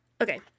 Okay